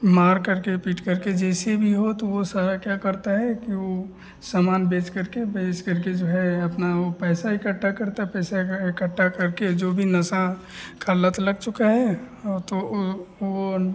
मार करके पीट करके जैसे भी हो तो वह सारा क्या करता है कि वह सामान बेचकर के बेचकर के जो है अपना वह पैसा इकट्ठा करता है पैसा का एकट्ठा करके जो भी नशे की लत लग चुकी है हाँ तो ओ वह